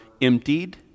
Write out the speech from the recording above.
emptied